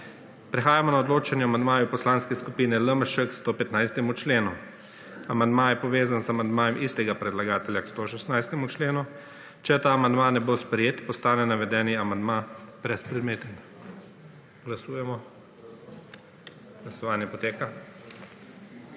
Prehajamo na odločanje o amandmaju Poslanske skupine LMŠ k 115. členu. Amandma je povezan z amandmajem istega predlagatelja k 116. členu. Če ta amandma ne bo sprejet, postane navedeni amandma brezpredmeten. Glasujemo. Navzočih